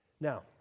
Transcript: Now